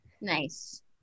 Nice